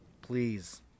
please